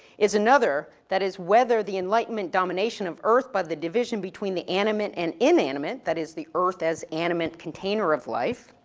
is another that is whether the enlightenment domination of earth by the division between the animate and inanimate, that is the earth as animate container of life,